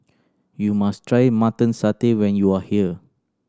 you must try Mutton Satay when you are here